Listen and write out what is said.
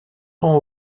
rend